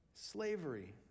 Slavery